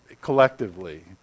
collectively